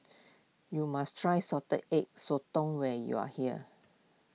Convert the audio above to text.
you must try Salted Egg Sotong when you are here